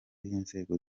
n’inzego